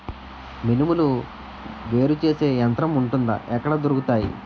మినుములు వేరు చేసే యంత్రం వుంటుందా? ఎక్కడ దొరుకుతాయి?